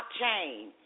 blockchain